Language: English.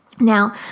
Now